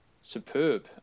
superb